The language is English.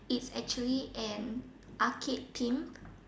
is actually an arcade themed